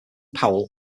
powell